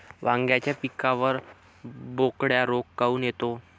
वांग्याच्या पिकावर बोकड्या रोग काऊन येतो?